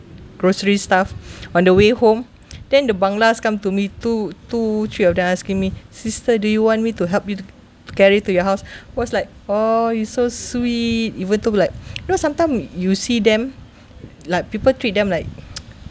grocery stuff on the way home then the banglas come to me two two three of them asking me sister do you want me to help you to carry to your house was like orh you so sweet even though like you know sometime you see them like people treat them like